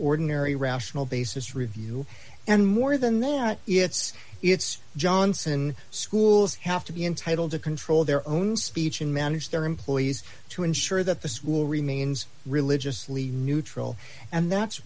fortenberry rational basis review and more than that it's it's johnson schools have to be entitled to control their own speech and manage their employees to him sure that the school remains religiously neutral and that's